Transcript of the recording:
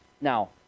Now